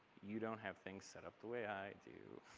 you don't have things set up the way i do.